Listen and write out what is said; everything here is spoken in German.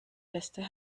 beste